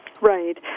right